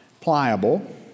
pliable